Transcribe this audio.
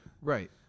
Right